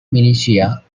militia